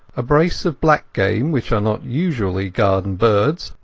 a brace of black-game, which are not usually garden birds,